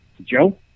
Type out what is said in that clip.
Joe